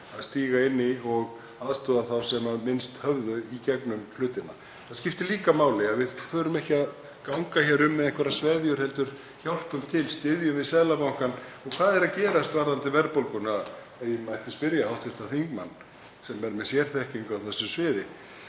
að stíga inn í og aðstoða þá sem minnst höfðu í gegnum hlutina. Það skiptir líka máli að við förum ekki að ganga hér um með einhverjar sveðjur heldur hjálpum til, styðjum við Seðlabankann. Og hvað er að gerast varðandi verðbólguna, ef ég mætti spyrja hv. þingmann, sem er með sérþekkingu á þessu sviði?